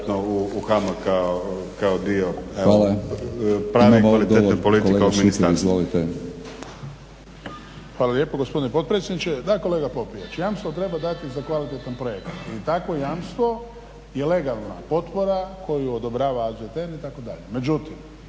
(HDZ)** Hvala lijepo gospodine potpredsjedniče. Da kolega Popijač jamstvo treba dati za kvalitetan projekt i takvo jamstvo je legalna potpora koju odobrava AZT itd.